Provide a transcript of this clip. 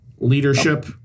leadership